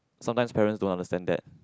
sometimes parents don't understand that